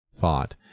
thought